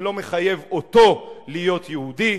זה לא מחייב אותו להיות יהודי,